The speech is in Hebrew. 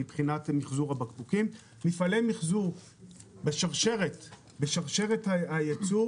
מפעלי מחזור בשרשרת הייצור